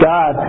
God